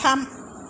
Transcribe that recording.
थाम